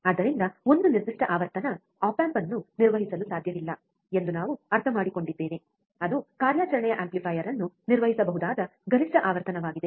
ಆದ್ದರಿಂದ ಒಂದು ನಿರ್ದಿಷ್ಟ ಆವರ್ತನ ಆಪ್ ಆಂಪ್ ಅನ್ನು ನಿರ್ವಹಿಸಲು ಸಾಧ್ಯವಿಲ್ಲ ಎಂದು ನಾವು ಅರ್ಥಮಾಡಿಕೊಂಡಿದ್ದೇವೆ ಅದು ಕಾರ್ಯಾಚರಣೆಯ ಆಂಪ್ಲಿಫೈಯರ್ ಅನ್ನು ನಿರ್ವಹಿಸಬಹುದಾದ ಗರಿಷ್ಠ ಆವರ್ತನವಾಗಿದೆ